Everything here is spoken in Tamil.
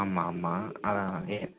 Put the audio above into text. ஆமாம் ஆமாம் அதான் அதே